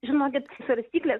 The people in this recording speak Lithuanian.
žinokit svarstyklės